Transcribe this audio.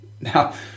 Now